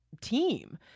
team